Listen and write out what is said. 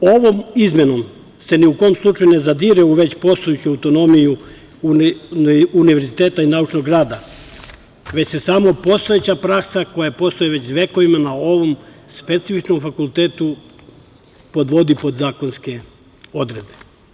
Ovom izmenom se ni u kom slučaju ne zadire u već postojeću autonomiju univerziteta i naučnog rada, već se samo postojeća praksa koja postoji već vekovima na ovom specifičnom fakultetu podvodi pod zakonske odredbe.